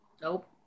Nope